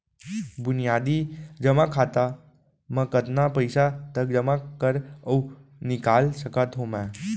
बुनियादी जेमा खाता म कतना पइसा तक जेमा कर अऊ निकाल सकत हो मैं?